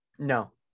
No